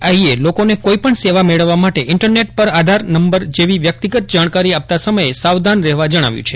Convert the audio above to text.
આઈએ લોકોને કોઇ પણ સેવા મેળવવા માટે ઇન્ટરનેટ પર આધાર નંબર જેવી વ્યક્તિગત જાણકારી આપતા સમયે સાવધાન રહેવા જણાવ્યું છે